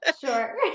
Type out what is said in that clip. Sure